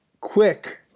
quick